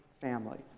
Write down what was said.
family